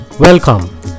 Welcome